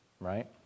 Right